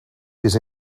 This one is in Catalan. pis